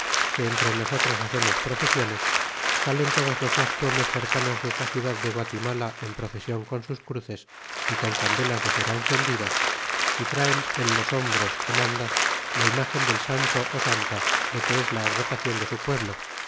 que entre nosotros hacemos procesiones salen todos los mas pueblos cercanos desta ciudad de guatimala en procesion con sus cruces y con candelas de cera encendidas y traen en los hombros en andas la imagen del santo ó santa de que es la advocaclon de su pueblo